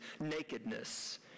nakedness